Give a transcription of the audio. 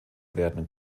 werden